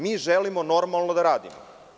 Mi želimo normalno da radimo.